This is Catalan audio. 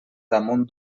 damunt